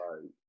Right